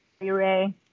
Ray